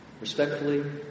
Respectfully